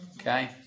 okay